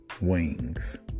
wings